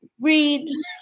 read